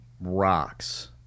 rocks